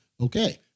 okay